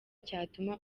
cyatuma